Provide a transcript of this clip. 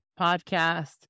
podcast